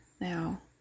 now